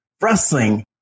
Wrestling